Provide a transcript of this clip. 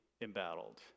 embattled